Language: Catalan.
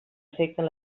afecten